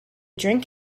drink